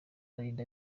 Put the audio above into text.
urinda